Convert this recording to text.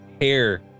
hair